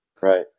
right